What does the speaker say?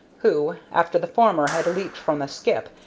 who, after the former had leaped from the skip,